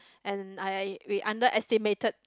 and I we underestimated